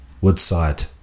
Woodside